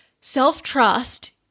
Self-trust